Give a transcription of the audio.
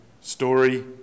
story